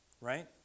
right